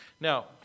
Now